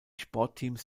sportteams